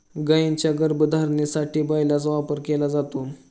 गायींच्या गर्भधारणेसाठी बैलाचा वापर केला जातो